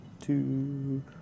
Two